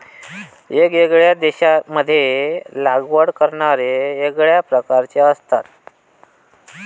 येगयेगळ्या देशांमध्ये लागवड करणारे येगळ्या प्रकारचे असतत